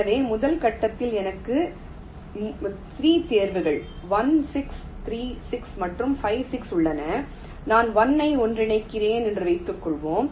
எனவே முதல் கட்டத்தில் எனக்கு 3 தேர்வுகள் 1 6 3 6 மற்றும் 5 6 உள்ளன நான் 1 ஐ ஒன்றிணைக்கிறேன் என்று வைத்துக்கொள்வோம்